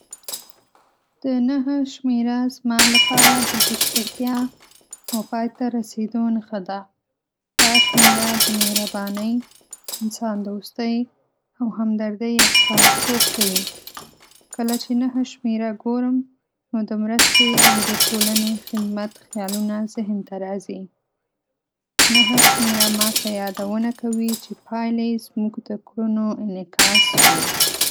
د ۹ شمېره زما لپاره د بشپړتیا او پای ته رسېدو نښه ده. دا شمېره د مهربانۍ، انسان دوستۍ، او همدردۍ استازیتوب کوي. کله چې ۹ شمېره ګورم، نو د مرستې او د ټولنې خدمت خیالونه ذهن ته راځي. ۹ شمېره ماته یادونه کوي چې پایلې زموږ د کړنو انعکاس وي.